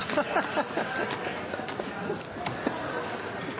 så